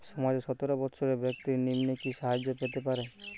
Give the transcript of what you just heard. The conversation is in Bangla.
সমাজের সতেরো বৎসরের ব্যাক্তির নিম্নে কি সাহায্য পেতে পারে?